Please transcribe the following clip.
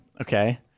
Okay